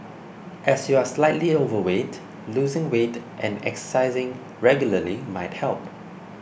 as you are slightly overweight losing weight and exercising regularly might help